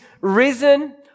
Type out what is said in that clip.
risen